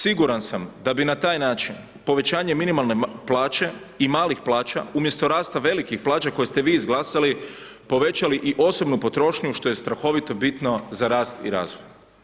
Siguran sam da bi na taj način povećanje minimalne plaće i malih plaća umjesto rasta velikih plaća koje ste vi izglasali, povećali i osobnu potrošnju što je strahovito bitno za rast i razvoj.